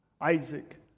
Isaac